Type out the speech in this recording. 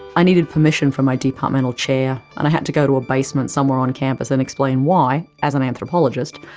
i needed permission from my department chair, and i had to go to a basement somewhere on campus and explain why, as an anthropologist,